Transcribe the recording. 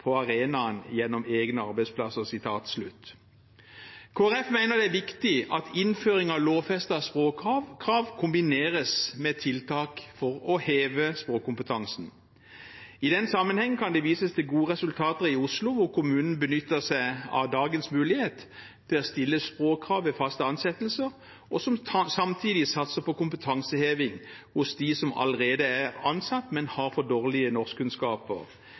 på arenaen gjennom egne arbeidsplasser.» Kristelig Folkeparti mener det er viktig at innføring av et lovfestet språkkrav kombineres med tiltak for å heve språkkompetansen. I den sammenheng kan det vises til gode resultater i Oslo, hvor kommunen benytter seg av dagens mulighet til å stille språkkrav ved faste ansettelser og samtidig satser på kompetanseheving hos dem som allerede er ansatt, men som har for dårlige norskkunnskaper,